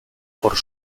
por